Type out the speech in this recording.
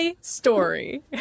story